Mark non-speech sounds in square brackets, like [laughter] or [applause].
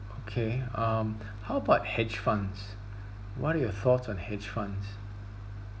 okay um [breath] how about hedge funds [breath] what are your thoughts on hedge funds